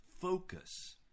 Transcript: focus